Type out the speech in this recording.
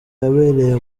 yabereye